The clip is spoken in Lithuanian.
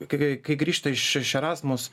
kai kai grįžta iš iš erasmus